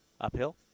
uphill